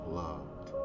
loved